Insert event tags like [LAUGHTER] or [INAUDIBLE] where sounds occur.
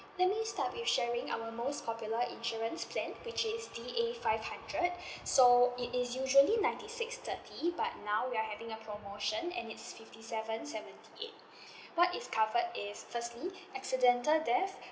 let me start with sharing our most popular insurance plan which is D_A five hundred [BREATH] so it is usually ninety six thirty but now we are having a promotion and is fifty seven seventy eight [BREATH] what is covered is firstly accidental death